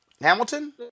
Hamilton